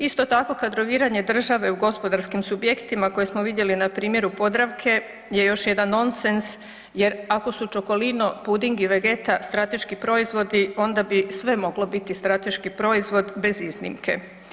Isto tako kadroviranje države u gospodarskim subjektima koje smo vidjeli na primjeru Podravke je još jedan nonsens jer ako su Čokolino, puding i Vegeta strateški proizvodi onda bi sve moglo biti strateški proizvod bez iznimke.